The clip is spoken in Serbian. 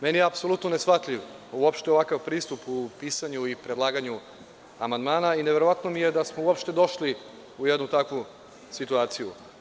Meni je apsolutno neshvatljiv uopšte ovakav pristup u pisanju i predlaganju amandmana i neverovatno mi je da smo uopšte došli u jednu takvu situaciju.